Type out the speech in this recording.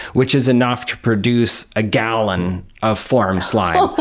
which is enough to produce a gallon of form slime.